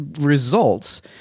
results